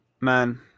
Man